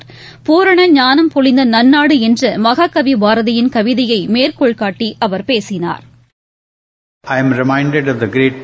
பூரண ஞானம் பொலிந்த நன்னாடு என்ற மகாகவி பாரதியின் கவிதையை மேற்கோள்காட்டி அவர் பேசினாா்